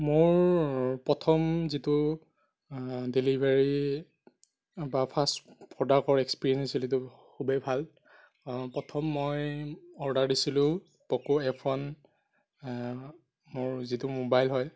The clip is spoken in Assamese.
মোৰ প্ৰথম যিটো ডেলিভাৰী বা ফাৰ্ষ্ট প্ৰডাক্টৰ এক্সপেৰিয়েন্স খুবেই ভাল প্ৰথম মই অৰ্ডাৰ দিছিলোঁ প'ক' এফ ৱান মোৰ যিটো ম'বাইল হয়